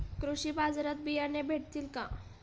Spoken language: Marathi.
कृषी बाजारात बियाणे भेटतील का?